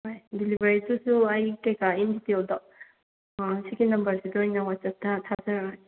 ꯍꯣꯏ ꯗꯤꯂꯤꯕꯔꯤꯗꯨꯁꯨ ꯑꯩ ꯀꯩꯀꯥ ꯏꯟ ꯗꯤꯇꯦꯜꯗꯣ ꯁꯤꯒꯤ ꯅꯝꯕꯔꯁꯤꯗ ꯑꯣꯏꯅ ꯋꯥꯠꯁꯑꯦꯞꯇ ꯊꯥꯖꯂꯛꯑꯣ